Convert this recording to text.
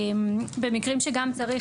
במקרים שגם צריך,